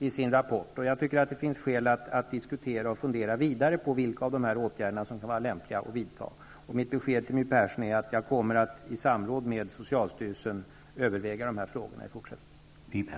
Det finns skäl att diskutera och fundera vidare på vilka dessa åtgärder som är lämpliga att vidta. Mitt besked till My Persson är att jag kommer att i samråd med socialstyrelsen överväga dessa frågor i fortsättningen.